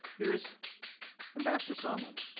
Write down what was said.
here is ambassador sondland.